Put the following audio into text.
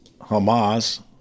Hamas